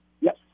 Yes